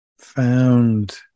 found